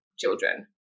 children